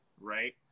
right